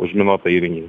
užminuotą įrenginį